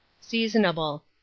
Seasonable